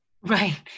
Right